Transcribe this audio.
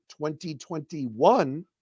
2021